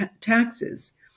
taxes